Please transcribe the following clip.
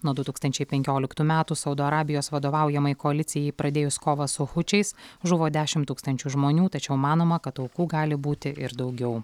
nuo du tūkstančiai penkioliktų metų saudo arabijos vadovaujamai koalicijai pradėjus kovą su hučiais žuvo dešimt tūkstančių žmonių tačiau manoma kad aukų gali būti ir daugiau